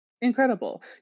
Incredible